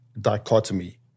dichotomy